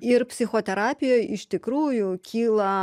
ir psichoterapijoj iš tikrųjų kyla